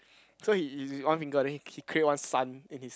so he he he's with one finger then he cre~ he create one sun in his